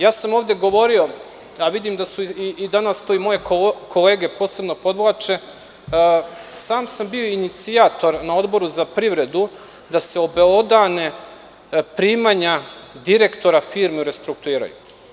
Ovde sam govorio, a vidim da su i danas to moje kolege posebno podvukle, sam sam bio inicijator na Odboru za privredu da se obelodane primanja direktora firme u restrukturiranju.